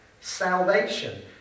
salvation